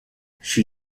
she